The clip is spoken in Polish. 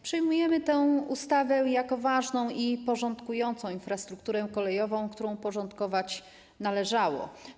Przyjmujemy tę ustawę jako ważną i porządkującą infrastrukturę kolejową, którą uporządkować należało.